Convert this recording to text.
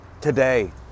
today